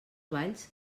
valls